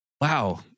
wow